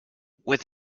with